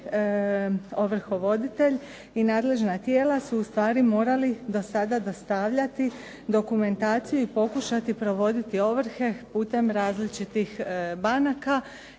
ovrhovoditelj i nadležna tijela su ustvari morali do sada dostavljati dokumentaciju i pokušati provoditi ovrhe putem različitih banaka